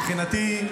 מבחינתי,